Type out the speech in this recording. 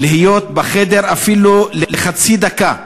להיות בחדר אפילו חצי דקה,